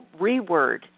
reword